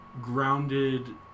grounded